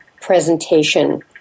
presentation